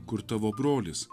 kur tavo brolis